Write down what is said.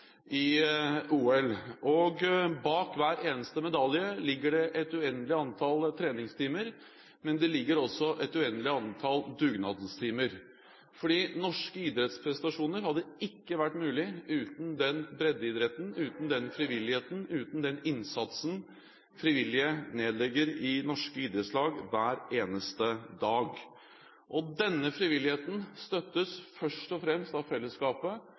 i OL, og bak hver eneste medalje ligger det et uendelig antall treningstimer, men det ligger også et uendelig antall dugnadstimer, fordi norske idrettsprestasjoner hadde ikke vært mulig uten den breddeidretten, uten den frivilligheten, uten den innsatsen frivillige nedlegger i norske idrettslag hver eneste dag. Denne frivilligheten støttes først og fremst av